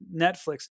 Netflix